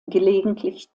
gelegentlich